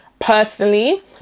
personally